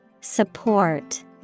Support